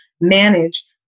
manage